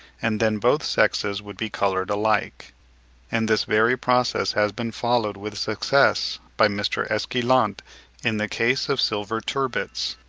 and then both sexes would be coloured alike and this very process has been followed with success by mr. esquilant in the case of silver turbits.